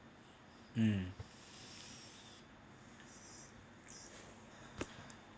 mm